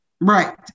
Right